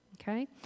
okay